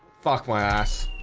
fuck my ass.